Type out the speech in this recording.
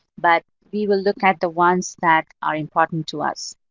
but we will look at the ones that are important to us.